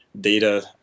data